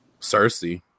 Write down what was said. Cersei